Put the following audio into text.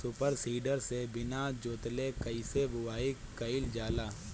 Super seeder से बीना जोतले कईसे बुआई कयिल जाला?